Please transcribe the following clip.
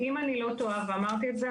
אם אני לא טועה ואמרתי את זה,